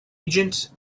agent